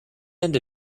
end